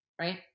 right